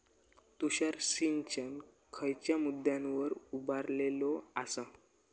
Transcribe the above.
तुषार सिंचन खयच्या मुद्द्यांवर उभारलेलो आसा?